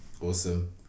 Awesome